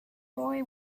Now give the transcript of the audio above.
boy